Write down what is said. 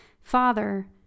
Father